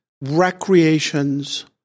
recreations